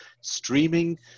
streaming